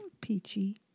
Peachy